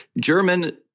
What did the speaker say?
German